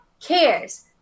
cares